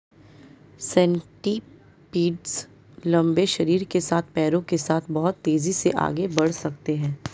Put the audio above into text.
centipedes लंबे शरीर के साथ पैरों के साथ बहुत तेज़ी से आगे बढ़ सकते हैं